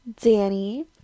Danny